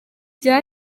bya